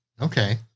okay